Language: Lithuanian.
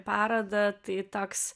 parodą tai toks